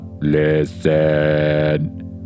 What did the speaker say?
listen